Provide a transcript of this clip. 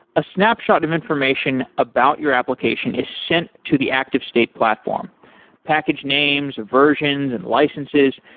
a snapshot of information about your application is sent to the activestate platform package names versions and licenses,